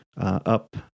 up